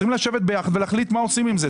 צריכים לשבת ביחד ולהחליט מה עושים עם זה.